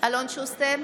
אלון שוסטר,